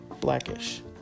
Blackish